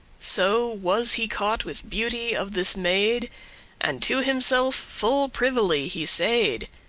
so was he caught with beauty of this maid and to himself full privily he said,